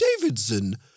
Davidson